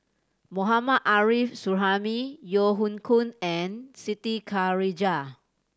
Mohammad Arif Suhaimi Yeo Hoe Koon and Siti Khalijah